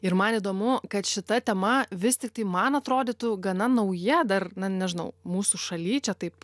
ir man įdomu kad šita tema vis tiktai man atrodytų gana nauja dar nežinau mūsų šaly čia taip